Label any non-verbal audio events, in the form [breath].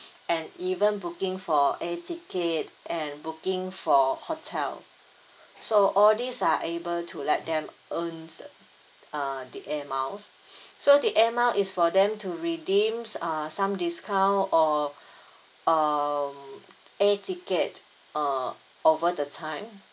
and even booking for air ticket and booking for hotel so all these are able to let them earns uh the Air Miles [breath] so the Air Miles is for them to redeems uh some discount or um air ticket uh over the time